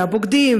וה"בוגדים",